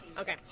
Okay